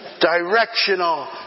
Directional